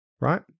right